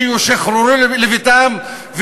שישוחררו לביתם,